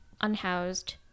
unhoused